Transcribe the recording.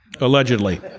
Allegedly